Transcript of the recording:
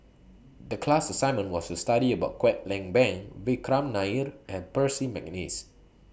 The class assignment was to study about Kwek Leng Beng Vikram Nair and Percy Mcneice